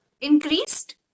increased